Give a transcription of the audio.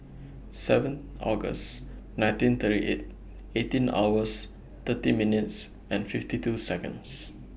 seven August nineteen thirty eight eighteen hours thirty minutes and fifty two Seconds